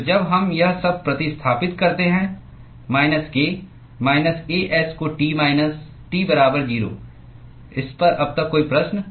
तो जब हम यह सब प्रतिस्थापित करते हैं minus k minus A s को T माइनस T बराबर 0 इस पर अब तक कोई प्रश्न